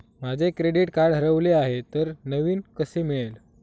माझे credit card हरवले आहे तर नवीन कसे मिळेल?